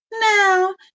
Now